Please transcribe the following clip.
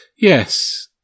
Yes